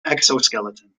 exoskeleton